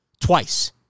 Twice